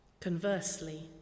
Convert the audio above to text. Conversely